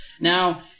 Now